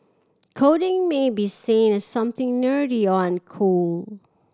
coding may be seen as something nerdy or uncool